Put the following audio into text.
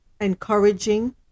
encouraging